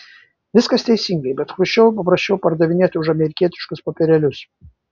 viskas teisingai bet chruščiovui paprasčiau pardavinėti už amerikietiškus popierėlius